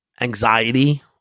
anxiety